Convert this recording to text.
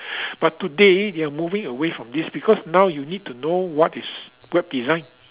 but today they are moving away from this because now you need to know what is web design